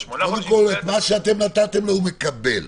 קודם כול, מה שאתם נתתם לו, הוא מקבל.